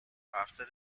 after